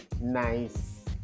nice